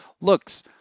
looks